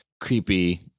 creepy